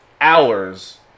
hours